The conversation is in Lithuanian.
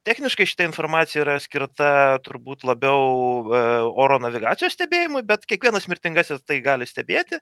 techniškai šita informacija yra skirta turbūt labiau oro navigacijos stebėjimui bet kiekvienas mirtingasis tai gali stebėti